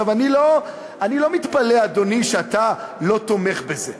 עכשיו, אני לא מתפלא, אדוני, שאתה לא תומך בזה.